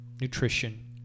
nutrition